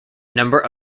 number